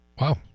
Wow